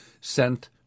sent